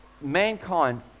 mankind